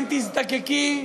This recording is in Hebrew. אם תזדקקי,